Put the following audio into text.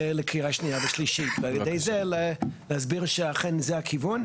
לקריאה השנייה והשלישית ועל ידי להסביר שאכן זה הכיוון.